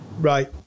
Right